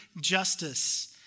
justice